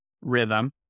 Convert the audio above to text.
rhythm